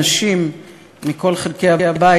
הנשים מכל חלקי הבית,